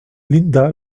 linda